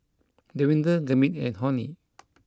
Davinder Gurmeet and Homi